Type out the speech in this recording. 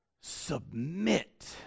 submit